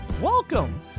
Welcome